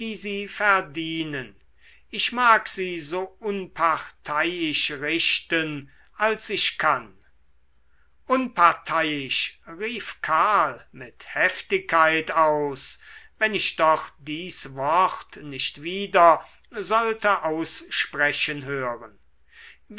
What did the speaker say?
sie verdienen ich mag sie so unparteiisch richten als ich kann unparteiisch rief karl mit heftigkeit aus wenn ich doch dies wort nicht wieder sollte aussprechen hören